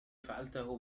فعلته